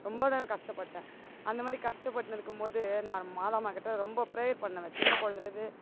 ரொம்ப நான் கஷ்டப்பட்டேன் அந்தமாதிரி கஷ்டப்பட்டுனு இருக்கும் போது நான் மாதா அம்மாக்கிட்ட ரொம்ப ப்ரேயர் பண்ணுவேன் சின்ன குழந்தைலேர்ந்தே